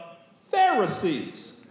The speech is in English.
Pharisees